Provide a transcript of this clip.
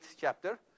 chapter